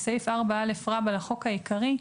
בסעיף 4א רבא לחוק העיקרי,